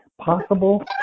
possible